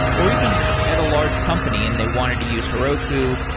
or even at a large company and they wanted to use heroku.